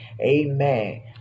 Amen